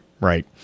right